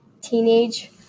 teenage